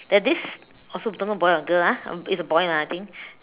there this also don't know boy or girl ah it's a boy lah I think